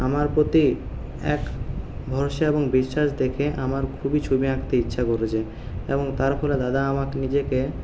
আমার প্রতি এক ভরসা এবং বিশ্বাস দেখে আমার খুবই ছবি আঁকতে ইচ্ছা করেছে এবং তারপরে দাদা আমাকে নিজেকে